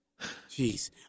Jeez